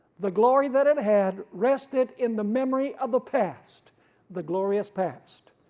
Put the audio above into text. the glory that it had rested in the memory of the past the glorious past,